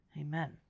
Amen